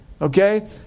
Okay